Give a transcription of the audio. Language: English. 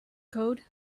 code